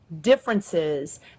differences